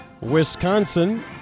Wisconsin